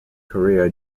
korea